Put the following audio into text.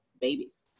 babies